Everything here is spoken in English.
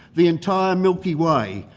the entire milky way,